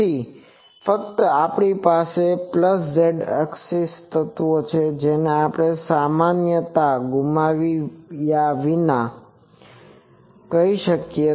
તેથી ફક્ત આપણી પાસે z axis તત્વો છે જેને આપણે સામાન્યતા ગુમાવ્યા વિના કહી શકીએ